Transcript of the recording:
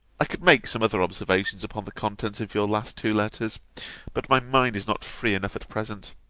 i could make some other observations upon the contents of your last two letters but my mind is not free enough at present.